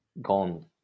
gone